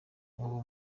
uwo